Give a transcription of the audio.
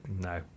No